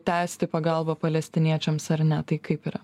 tęsti pagalbą palestiniečiams ar ne taip kaip yra